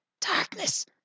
Darkness